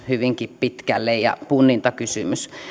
hyvinkin pitkälle omantunnonkysymys ja punnintakysymys